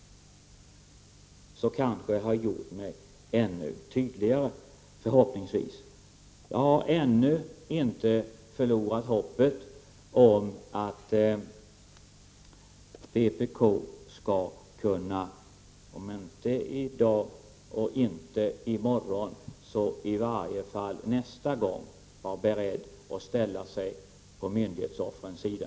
Då kanske jag förhoppningsvis har gjort mig ännu tydligare. Jag har ännu inte förlorat hoppet om att man i vpk, om inte i dag eller i morgon så i varje fall nästa gång, skall vara beredda att ställa sig på myndighetsoffrens sida.